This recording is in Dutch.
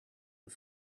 een